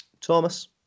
Thomas